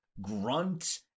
grunt